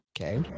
Okay